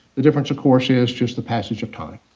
the difference, of course, is just the passage of time.